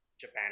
Japan